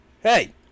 Hey